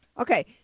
Okay